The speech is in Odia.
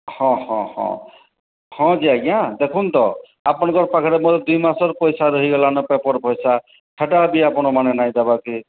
ହଁ ହଁ ହଁ ହଁ ଯେ ଆଜ୍ଞା ଦେଖୁନ୍ ତ ଆପଣଙ୍କର ପାଖରେ ମୋର ଦୁଇ ମାସର ପଇସା ରହିଗଲା ନ ପେପର୍ ପଇସା ହେଟା ଯଦି ଆପଣମାନେ ନାଇଁ ଦେବାକେ